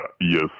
yes